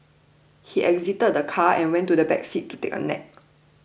he exited the car and went to the back seat to take a nap